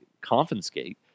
confiscate